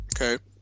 Okay